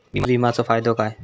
विमाचो फायदो काय?